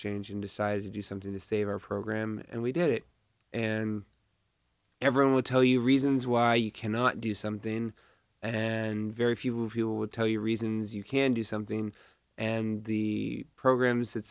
strange and decided to do something to save our program and we did it and everyone would tell you reasons why you cannot do something and very few people would tell you reasons you can do something and the programs that